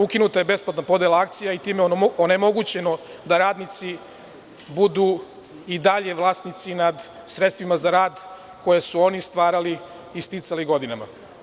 Ukinuta je besplatna podela akcija i time onemogućeno da radnici budu i dalje vlasnici nad sredstvima za rad koje su oni stvarali i sticali godinama.